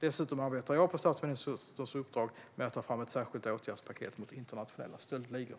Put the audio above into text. Dessutom arbetar jag, på statsministerns uppdrag, med att ta fram ett åtgärdspaket mot internationella stöldligor.